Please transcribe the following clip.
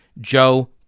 Joe